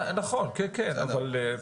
כן, נכון.